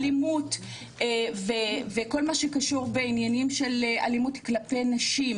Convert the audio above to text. אלימות וכל מה שקשור בעניינים של אלימות כלפי נשים,